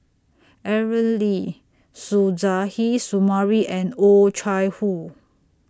Aaron Lee Suzairhe Sumari and Oh Chai Hoo